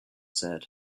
said